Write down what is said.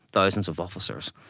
thousands of officers.